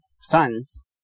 sons